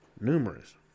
numerous